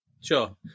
Sure